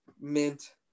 mint